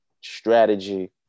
strategy